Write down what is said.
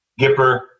Gipper